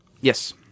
Yes